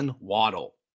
Waddle